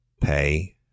pay